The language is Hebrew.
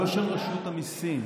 לא של רשות המיסים,